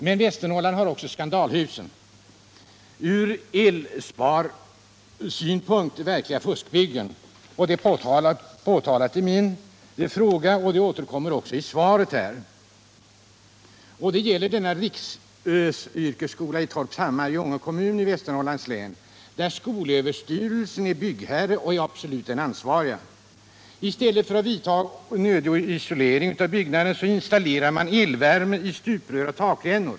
Men Västernorrland har också skandalhusen, ur elsparsynpunkt verkliga fuskbyggen, vilket har påpekats i min fråga och också återkommer i svaret. Det gäller riksyrkesskolan i Torpshammar i Ånge kommun i Västernorrlands län. Skolöverstyrelsen är byggherre för skolan och är definitivt den instans som är ansvarig. I stället för att vidta nödig isolering av byggnaden installerar man elvärme i stuprör och takrännor.